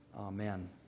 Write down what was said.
Amen